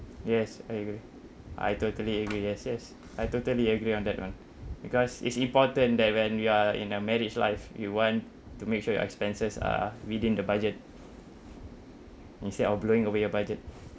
yes I agree I totally agree yes yes I totally agree on that [one] because it's important that when you are in a marriage life you want to make sure your expenses are within the budget instead of blowing away your budget